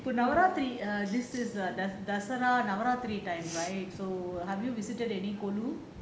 இப்ப Navaratri Dasara Navaratri navarathiri dasara navarathiri time right so have you visited any kolu